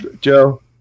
Joe